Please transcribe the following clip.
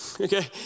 okay